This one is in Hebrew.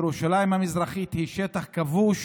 ירושלים המזרחית היא שטח כבוש